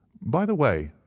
by the way,